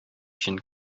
өчен